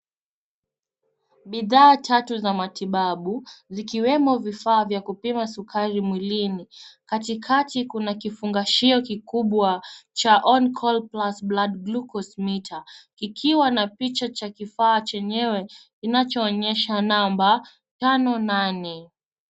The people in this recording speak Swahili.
Bidhaa tatu za matibabu, zikiwemo vifaa vya kupima sukari mwilini. Katikati kuna kifungashio kikubwa cha on call plus blood glucose meter. Kikiwa na picha cha kifaa chenyewe, kinachoonyesha namba 58.